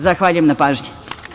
Zahvaljujem na pažnji.